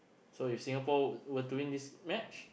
so if Singapore were were to win this match